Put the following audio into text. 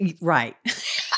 Right